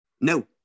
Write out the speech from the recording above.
no